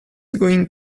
going